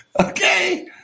Okay